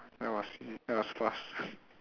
that was e~ that was fast